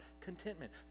contentment